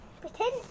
Pretend